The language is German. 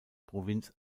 provinz